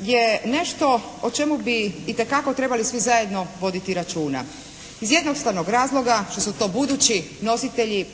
je nešto o čemu bi itekako trebali svi zajedno voditi računa, iz jednostavno razloga što su to budući nositelji